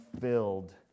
filled